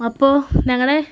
അപ്പോൾ ഞങ്ങളുടെ